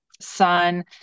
sun